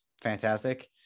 fantastic